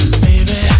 baby